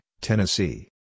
Tennessee